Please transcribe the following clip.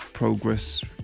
Progress